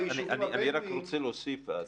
אני רוצה להוסיף.